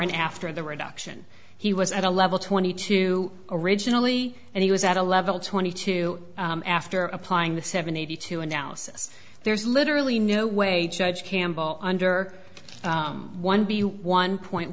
and after the reduction he was at a level twenty two originally and he was at a level twenty two after applying the seven eighty two analysis there's literally no way judge campbell under one b one point